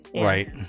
Right